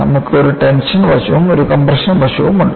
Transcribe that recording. നമുക്ക് ഒരു ടെൻഷൻ വശവും കംപ്രഷൻ വശവുമുണ്ട്